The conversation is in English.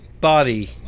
body